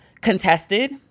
contested